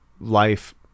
life